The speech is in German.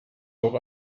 noch